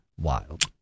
wild